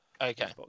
Okay